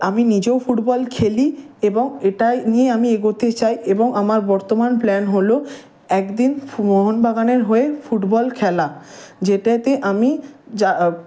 আমি নিজেও ফুটবল খেলি এবং এটাই নিয়ে আমি এগোতে চাই এবং আমার বর্তমান প্ল্যান হলো এক দিন ফো মোহনবাগানের হয়ে ফুটবল খেলা যেটাতে আমি যা